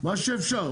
מה שאפשר.